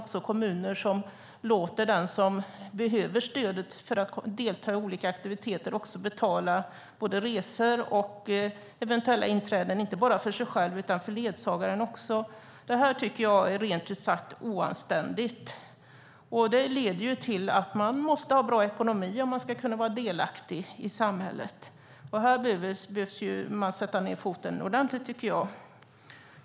Vissa kommuner låter den som behöver stöd för att delta i olika aktiviteter betala både resor och eventuella inträden för såväl sig själv som ledsagaren, och det är rent ut sagt oanständigt. Det här betyder att man måste ha bra ekonomi för att kunna vara delaktig i samhället. Här behöver vi sätta ned foten ordentligt.